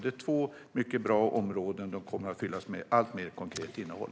Det är två mycket bra områden som kommer att fyllas med ett alltmer konkret innehåll.